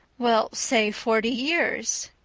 well, say forty years.